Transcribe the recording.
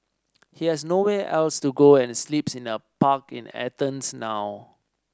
he has nowhere else to go and sleeps in a park in Athens now